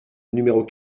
numéros